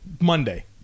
Monday